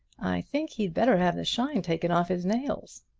i think he'd better have the shine taken off his nails!